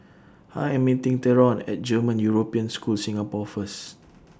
I Am meeting Theron At German European School Singapore First